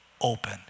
open